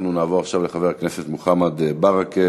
אנחנו נעבור עכשיו לחבר הכנסת מוחמד ברכה,